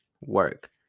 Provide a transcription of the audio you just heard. work